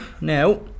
Now